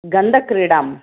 गन्दक्रीडां